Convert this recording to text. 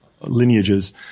lineages